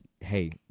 hey